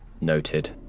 noted